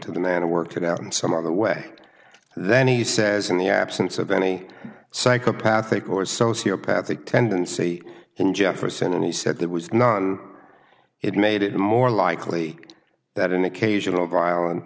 to the man who worked it out in some other way then he says in the absence of any psychopathic or sociopathic tendency in jefferson and he said there was none it made it more likely that an occasional violent